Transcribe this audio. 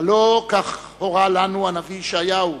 הלוא כך הורה לנו הנביא ישעיהו,